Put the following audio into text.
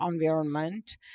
environment